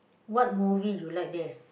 what movie you like best